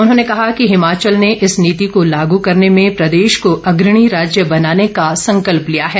उन्होंने कहा कि हिमाचल ने इस नीति को लागू करने में प्रदेश को अग्रणी राज्य बनाने का संकल्प लिया है